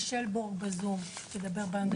מישל בורק בזום, תדבר באנגלית.